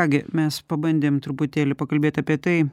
ką gi mes pabandėm truputėlį pakalbėt apie tai